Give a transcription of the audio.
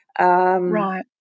Right